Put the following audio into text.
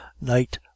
night